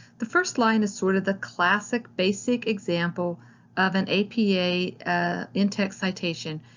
the first line is sort of the classic basic example of an apa ah in-text citation.